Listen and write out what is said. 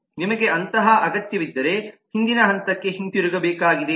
ನಿಮಗೆ ಅಂತಹ ಅಗತ್ಯವಿದ್ದರೆ ಹಿಂದಿನ ಹಂತಕ್ಕೆ ಹಿಂತಿರುಗಬೇಕಾಗಿದೆ